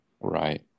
Right